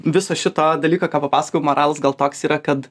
viso šito dalyko ką papasakojau moralas gal toks yra kad